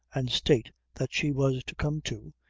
and state that she was to come to,